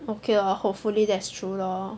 okay lor hopefully that's true lor